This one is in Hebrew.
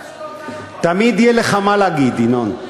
תמיד יהיה לך מה להגיד, ינון.